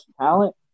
talent